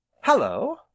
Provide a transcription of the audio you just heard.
Hello